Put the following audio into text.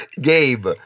Gabe